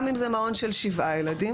גם אם זה מעון של שבעה ילדים,